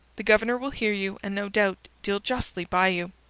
the governor will hear you, and no doubt deal justly by you.